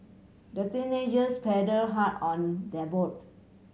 the teenagers paddle hard on their boat